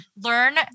learn